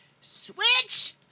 Switch